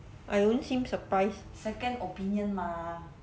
I don't seem surprised